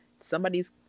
somebody's